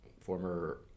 former